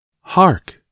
Hark